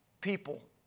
people